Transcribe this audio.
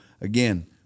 Again